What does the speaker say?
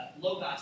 Logos